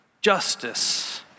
justice